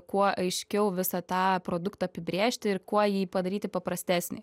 kuo aiškiau visą tą produktą apibrėžti ir kuo jį padaryti paprastesnį